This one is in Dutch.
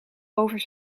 over